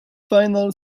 final